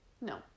No